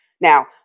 Now